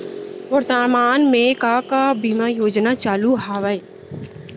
वर्तमान में का का बीमा योजना चालू हवये